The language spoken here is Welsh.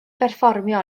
berfformio